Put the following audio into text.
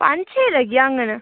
पंज छे लग्गी जाह्ङन